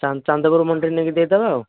ଚାନ୍ଦପୁର ମଣ୍ଡିରେ ନେଇକି ଦେଇଦେବା ଆଉ